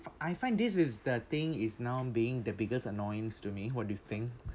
I find this is the thing is now being the biggest annoyance to me what do you think